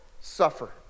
suffer